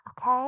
Okay